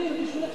לא?